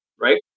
right